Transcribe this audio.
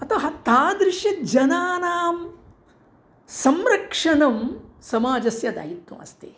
अतः तादृशजनानां संरक्षणं समाजस्य दायित्वम् अस्ति